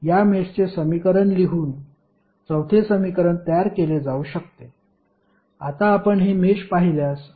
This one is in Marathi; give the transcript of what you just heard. या मेषचे समीकरण लिहून चौथे समीकरण तयार केले जाऊ शकते